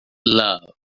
love